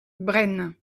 bren